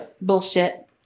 bullshit